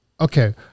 Okay